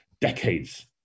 Decades